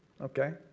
Okay